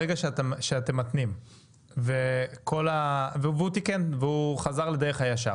ברגע שאתם מתנים והוא תיקן וחזר לדרך הישר,